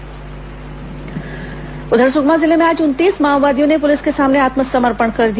माओवादी समर्पण सुकमा जिले में आज उनतीस माओवादियों ने पुलिस के सामने आत्मसमर्पण कर दिया